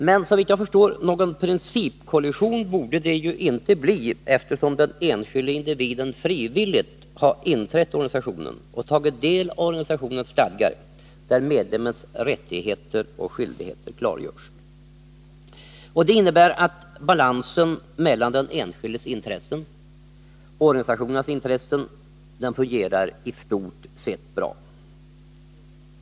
Men såvitt jag förstår borde det inte bli någon principkollission, eftersom den enskilde individen frivilligt har inträtt i organisationen och tagit del av dess stadgar, där Nr 29 medlemmens rättigheter och skyldigheter klargörs. Det innebär att balansen mellan den enskildes intressen och organisationernas intressen fungerar i stort sett bra.